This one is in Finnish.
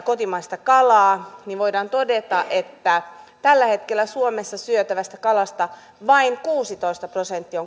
kotimaista kalaa voidaan todeta että kun tällä hetkellä suomessa syötävästä kalasta kotimaista on vain kuusitoista prosenttia